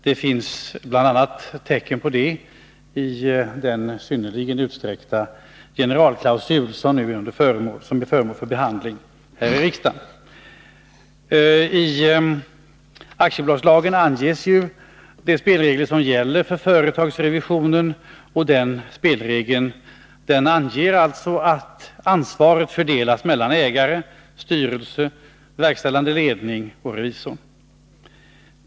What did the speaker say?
Det finns bl.a. tecken på detta i det förslag om en synnerligen utsträckt generalklausul som nu är föremål för behandling här i riksdagen. I aktiebolagslagen anges de spelregler som gäller för företagsrevisionen. Enligt lagen fördelas ansvaret mellan ägare, styrelse, verkställande ledning och revisor.